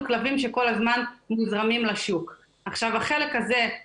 על כמה מדובר, הכל מדובר על הערכות סטטיסטיות,